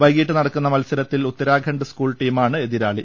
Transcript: വൈകീട്ട് നടക്കുന്ന മത്സരത്തിൽ ഉത്താര ഖണ്ഡ് സ്കൂൾ ടീമാണ് എതിരാ ളി